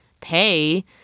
pay